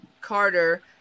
Carter